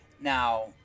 now